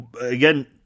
again